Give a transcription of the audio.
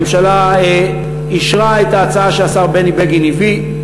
הממשלה אישרה את ההצעה שהשר בני בגין הביא.